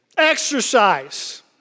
exercise